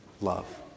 love